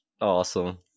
Awesome